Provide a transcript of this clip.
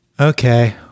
Okay